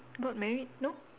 got married no